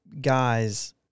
guys